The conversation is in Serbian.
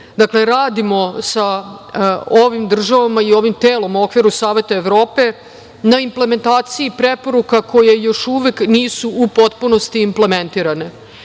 dakle, radimo sa ovim državama i ovim telom u okviru Saveta Evrope na implementaciji preporuka koje još uvek nisu u potpunosti implementirane. Od